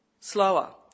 slower